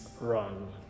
run